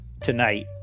tonight